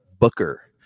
Booker